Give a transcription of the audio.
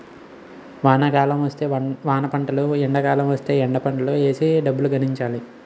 వానాకాలం వస్తే వానపంటలు ఎండాకాలం వస్తేయ్ ఎండపంటలు ఏసీ డబ్బు గడించాలి